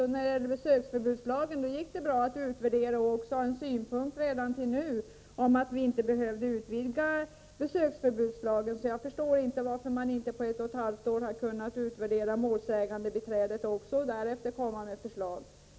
När det gäller besöksförbudslagen gick det bra att utvärdera och få fram en synpunkt redan till i dag om att vi inte behöver utvidga den lagen. Därför förstår jag inte varför man inte på ett och ett halvt år har kunnat utvärdera reglerna om målsägandebiträde och komma med ett förslag.